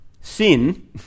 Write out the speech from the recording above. Sin